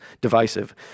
divisive